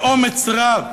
באומץ רב.